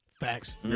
Facts